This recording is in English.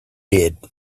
did